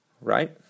right